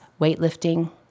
weightlifting